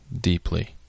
deeply